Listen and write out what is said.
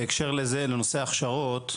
בהקשר לזה לנושא ההכשרות,